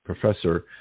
professor